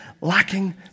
lacking